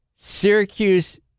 Syracuse